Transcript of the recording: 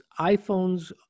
iPhones